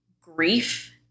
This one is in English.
grief